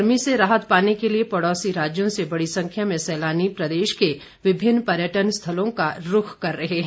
गर्मी से राहत पाने के लिए पड़ौसी राज्यों से बड़ी संख्या में सैलानी प्रदेश के विभिन्न पर्यटन स्थलों का रूख कर रहे हैं